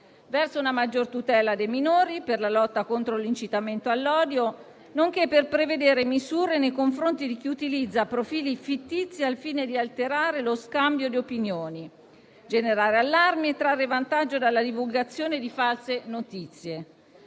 verso una maggior tutela dei minori, per la lotta contro l'incitamento all'odio, nonché per prevedere misure nei confronti di chi utilizza profili fittizi al fine di alterare lo scambio di opinioni, generare allarmi e trarre vantaggio dalla divulgazione di false notizie.